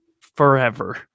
forever